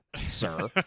sir